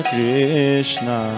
Krishna